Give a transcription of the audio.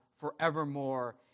forevermore